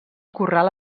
corral